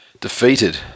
defeated